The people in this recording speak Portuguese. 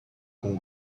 com